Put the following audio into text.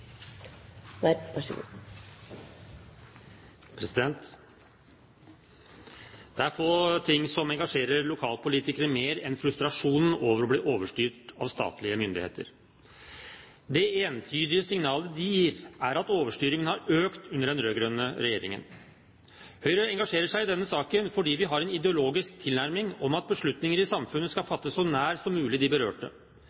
få ting som engasjerer lokalpolitikere mer enn frustrasjonen over å bli overstyrt av statlige myndigheter. Det entydige signalet de gir, er at overstyringen har økt under den rød-grønne regjeringen. Høyre engasjerer seg i denne saken fordi vi har en ideologisk tilnærming til at beslutninger i samfunnet skal